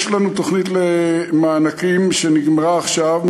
יש לנו תוכנית למענקים, שנגמרה עכשיו.